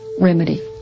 remedy